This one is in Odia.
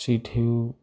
ସେଇ ଢ଼େଉ